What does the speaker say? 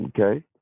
Okay